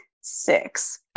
six